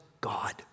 God